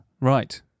Right